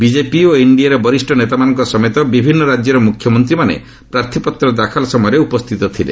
BJP ଓ ଏନ୍ଡିଏର ବରିଷ ନେତାମାନଙ୍କ ସମେତ ବିଭିନ୍ନ ରାଜ୍ୟର ମୁଖ୍ୟମନ୍ତ୍ରୀମାନେ ପ୍ରାର୍ଥୀପତ୍ର ଦାଖଲ ସମୟରେ ଉପସ୍ଥିତ ଥିଲେ